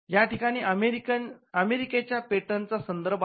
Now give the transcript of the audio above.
या ठिकाणी अमेरिकेच्या पेटंटचा चा संदर्भ आहे